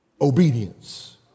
Obedience